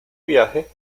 viaje